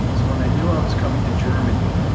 so when i knew i was coming to germany